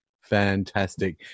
Fantastic